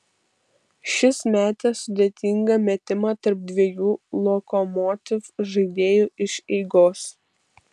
šis metė sudėtingą metimą tarp dviejų lokomotiv žaidėjų iš eigos